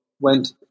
went